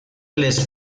les